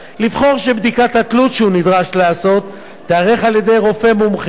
לבחור שבדיקת התלות שהוא נדרש לעשות תיערך על-ידי רופא מומחה,